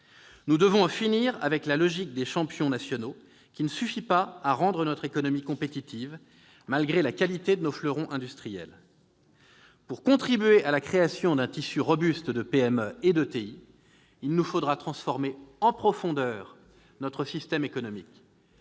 Nous devons en finir avec la logique des « champions nationaux », qui ne suffit pas à rendre notre économie compétitive malgré la qualité de nos fleurons industriels. Pour contribuer à la création d'un tissu robuste de PME et d'ETI, il nous faudra transformer en profondeur notre système économique